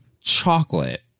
chocolate